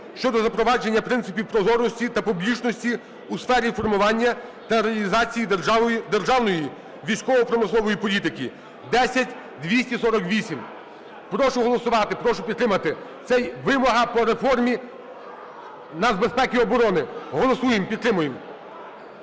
щодо запровадження принципів прозорості та публічності у сфері формування та реалізації державної військово-промислової політики (10248). Прошу голосувати, прошу підтримати. Це вимога по реформі нацбезпеки і оборони. Голосуємо, підтримуємо,